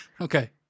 Okay